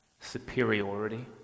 superiority